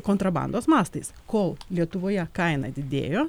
kontrabandos mastais kol lietuvoje kaina didėjo